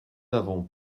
avons